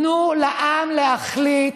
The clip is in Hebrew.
תנו לעם להחליט.